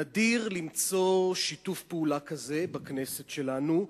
נדיר למצוא שיתוף פעולה כזה בכנסת שלנו,